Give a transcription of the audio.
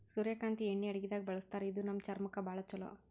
ಸೂರ್ಯಕಾಂತಿ ಎಣ್ಣಿ ಅಡಗಿದಾಗ್ ಬಳಸ್ತಾರ ಇದು ನಮ್ ಚರ್ಮಕ್ಕ್ ಭಾಳ್ ಛಲೋ